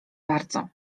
bardzo